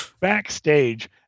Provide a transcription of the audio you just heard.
backstage